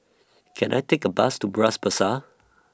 Can I Take A Bus to Bras Basah